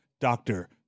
doctor